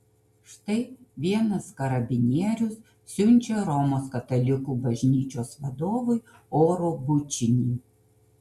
štai vienas karabinierius siunčia romos katalikų bažnyčios vadovui oro bučinį